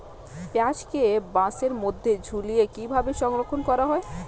পেঁয়াজকে বাসের মধ্যে ঝুলিয়ে কিভাবে সংরক্ষণ করা হয়?